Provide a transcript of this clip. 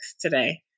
today